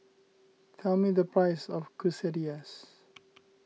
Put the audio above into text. tell me the price of Quesadillas